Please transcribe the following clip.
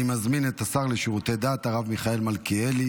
אני מזמין את השר לשירותי דת הרב מיכאל מלכיאלי